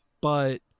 but-